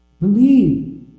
Believe